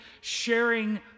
sharing